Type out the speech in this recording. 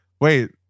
Wait